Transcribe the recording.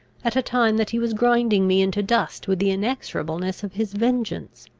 at a time that he was grinding me into dust with the inexorableness of his vengeance.